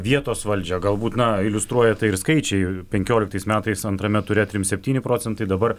vietos valdžią galbūt na iliustruoja tai ir skaičiai penkioliktais metais antrame ture trim septyni procentai dabar